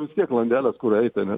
vis tiek landelės kur eiti ane